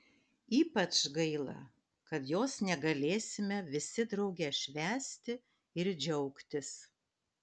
ypač gaila kad jos negalėsime visi drauge švęsti ir džiaugtis